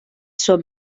suo